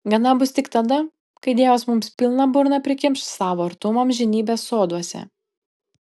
gana bus tik tada kai dievas mums pilną burną prikimš savo artumo amžinybės soduose